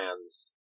plans